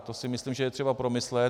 To si myslím, že je třeba promyslet.